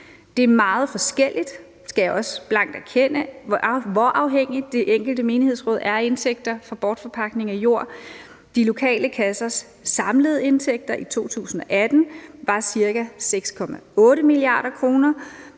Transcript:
Det er meget forskelligt, skal jeg også blankt erkende, hvor afhængig det enkelte menighedsråd er af indtægter fra bortforpagtning af jord. De lokale kassers samlede indtægter i 2018 var på ca. 6,8 mia. kr.,